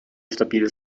stabil